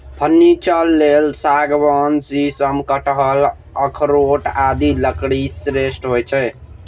furniture लेल सागवान, शीशम, कटहल, अखरोट आदिक लकड़ी श्रेष्ठ होइ छै